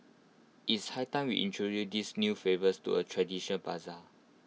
it's high time we introduce these new flavours to A tradition Bazaar